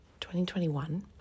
2021